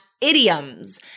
idioms